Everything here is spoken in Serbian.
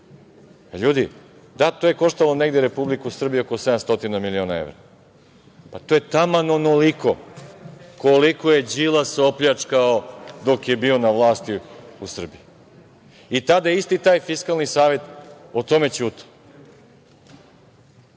Ljudi, da, to je koštalo Republiku Srbiju oko 700 milina evra. To to je taman onoliko koliko je Đilas opljačkao dok je bio na vlasti u Srbiji i tada je isti taj Fiskalni savet o tome ćutao. Sve